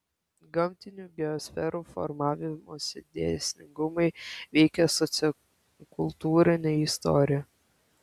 gamtinių geosferų formavimosi dėsningumai veikia sociokultūrinę istoriją